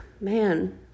man